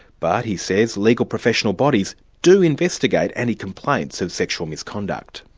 but he says legal professional bodies do investigate any complaints of sexual misconduct.